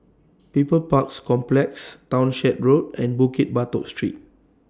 People's Park Complex Townshend Road and Bukit Batok Street